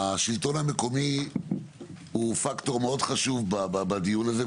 השלטון המקומי הוא פקטור מאוד חשוב בדיון הזה,